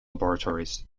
laboratories